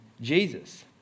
Jesus